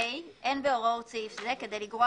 (ה) אין בהוראות סעיף זה כדי לגרוע